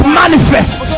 manifest